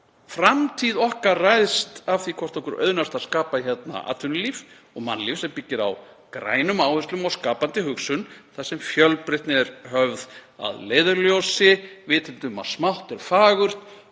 Framtíð okkar ræðst af því hvort okkur auðnast að skapa atvinnulíf og mannlíf sem byggist á grænum áherslum og skapandi hugsun þar sem fjölbreytni er höfð að leiðarljósi, vitandi að smátt er fagurt,